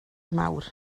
mawr